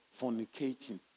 fornicating